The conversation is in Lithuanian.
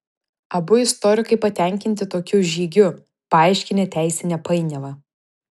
abu istorikai patenkinti tokiu žygiu paaiškinę teisinę painiavą